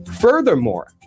Furthermore